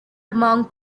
among